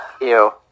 Ew